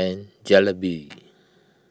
and Jalebi